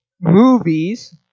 movies